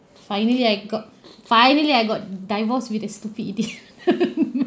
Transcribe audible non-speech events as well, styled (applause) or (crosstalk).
finally I got finally I got divorced with a stupid idiot (laughs)